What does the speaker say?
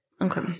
Okay